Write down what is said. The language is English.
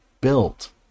built